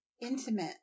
intimate